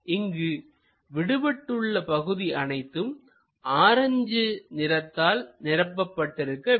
இங்கு விடுபட்டுள்ள பகுதி அனைத்தும் ஆரஞ்சு நிறத்தால் நிரப்பப்பட்டு இருக்க வேண்டும்